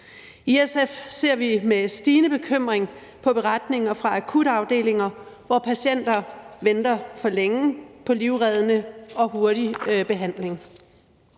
I SF ser vi med stigende bekymring på beretninger fra akutafdelinger, hvor patienter venter for længe på livreddende og hurtig behandling.